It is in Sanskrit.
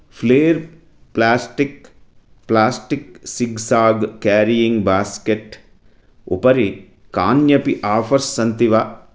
flair plastic plastic zigzag carrying basket उपरि कान्यपि आफ़र्स् सन्ति वा